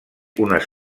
unes